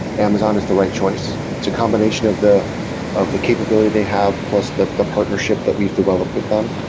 amazon is the right choice. it's a combination of the of the capability they have, plus the ah partnership that we've developed with them.